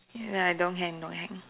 and I don't hang don't hang